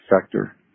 sector